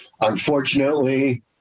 unfortunately